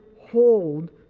hold